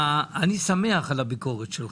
אני שמח על הביקורת שלך.